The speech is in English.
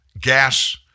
gas